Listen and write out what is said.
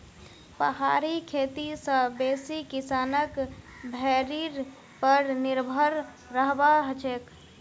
पहाड़ी खेती स बेसी किसानक भेड़ीर पर निर्भर रहबा हछेक